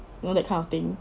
you know that kind of thing